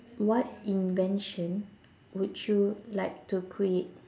what invention would you like to create